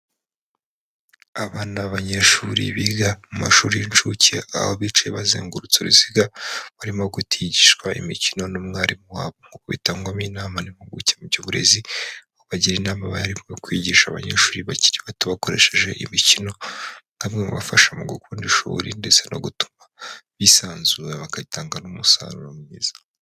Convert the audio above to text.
Abana b'abanyeshuri biga mu mashuri y'incuke, aho bicaye bazengurutse uruziga barimo gutigishwa imikino n'umwarimu wabo, bitangwamo inama n'impuguke mu by'uburezi, aho bagira inama abarimu yo kwigisha abanyeshuri bakiri bato babakoresheje imikino nkabimwe mu bibafasha mu gukunda ishuri ndetse no gutuma bisanzura bagatanga n'umusaruro mwiza.